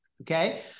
okay